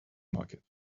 market